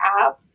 app